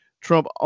Trump